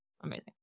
Amazing